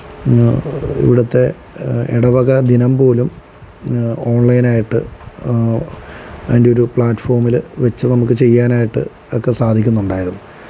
ഇവിടുത്തെ ഇടവകദിനം പോലും ഓണ്ലൈനായിട്ട് അതിൻ്റെ ഒരു പ്ലാറ്റ്ഫോമില് വെച്ച് നമുക്ക് ചെയ്യാനായിട്ട് ഒക്കെ സാധിക്കുന്നുണ്ടായിരുന്നു